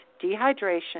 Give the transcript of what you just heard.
dehydration